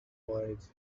voyage